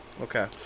Okay